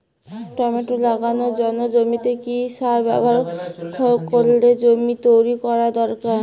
Tomato লাগানোর জন্য জমিতে কি সার ব্যবহার করে জমি তৈরি করা দরকার?